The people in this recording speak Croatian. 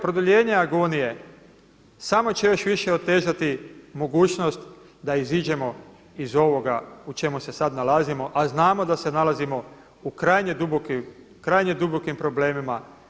Produljenje agonije samo će još više otežati mogućnost da iziđemo iz ovoga u čemu se sada nalazimo, a znamo da se nalazimo u krajnje dubokim problemima.